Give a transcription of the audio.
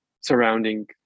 surrounding